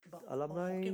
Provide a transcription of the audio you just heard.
eh but orh hokkien